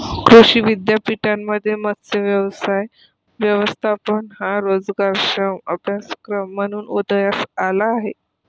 कृषी विद्यापीठांमध्ये मत्स्य व्यवसाय व्यवस्थापन हा रोजगारक्षम अभ्यासक्रम म्हणून उदयास आला आहे